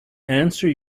answer